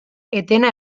etena